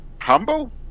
Humble